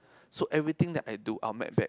so everything that I do I'll map back